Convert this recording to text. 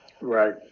Right